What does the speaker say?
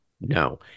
No